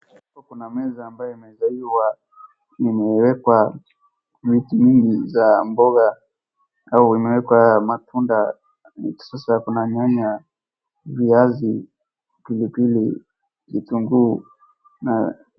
Huku kuna meza ambayo meza hiyo imewekwa vitu mingi za mboga au imewekwa matunda. Sasa kuna nyanya, viazi, pilipili, vitunguu, na.